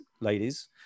ladies